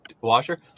washer